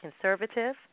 conservative